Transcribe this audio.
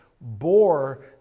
bore